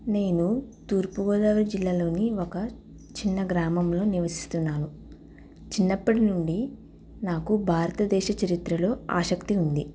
నేను తూర్పు గోదావరి జిల్లాలో ఒక చిన్న గ్రామంలో నివసిస్తున్నాను చిన్నప్పటి నుండి నాకు భారతదేశ చరిత్రలో ఆసక్తి ఉంది